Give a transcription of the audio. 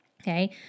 okay